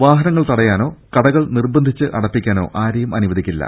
വാഹനങ്ങൾ തടയാനോ കടകൾ നിർബന്ധിച്ച് അടപ്പിക്കാനോ ആരെയും അനുവദിക്കില്ല